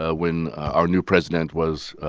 ah when our new president was